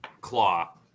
claw